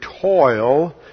toil